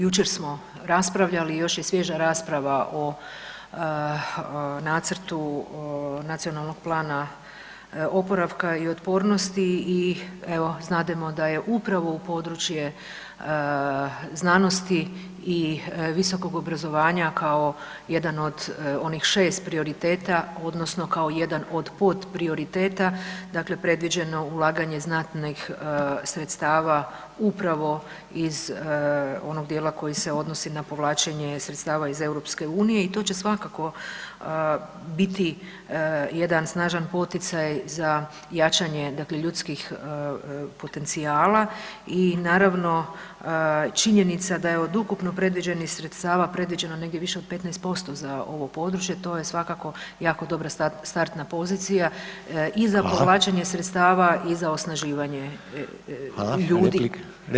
Jučer smo raspravljali i još je svježa rasprava o nacrtu NPO-a i evo, znademo da je upravo u područje znanosti i visokog obrazovanja kao jedan od onih 6 prioriteta odnosno kao jedan od podprioriteta, dakle predviđeno ulaganje znatnih sredstava upravo iz onog djela koji se odnosi na povlačenje sredstava iz EU-a i to će svakako biti jedan snažan poticaj za jačanje, dakle ljudskih potencijala i naravno činjenica da je od ukupno predviđenih sredstava, predviđeno negdje više od 15% za ovo područje, to je svakako jako dobra startna pozicija i za povlačenje sredstava [[Upadica Reiner: Hvala.]] i za osnaživanje ljudi.